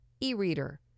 e-reader